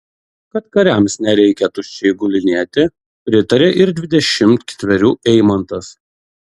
kad kariams nereikia tuščiai gulinėti pritarė ir dvidešimt ketverių eimantas